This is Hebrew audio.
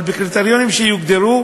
אבל בקריטריונים שיוגדרו,